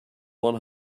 one